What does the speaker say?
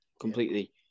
completely